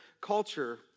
culture